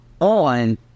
on